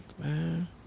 man